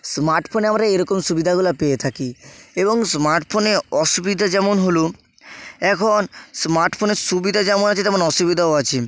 স্মার্টফোনে আমরা এই রকম সুবিধাগুলা পেয়ে থাকি এবং স্মার্টফোনে অসুবিধা যেমন হলো এখন স্মার্টফোনের সুবিধা যেমন আছে তেমন অসুবিধাও আছে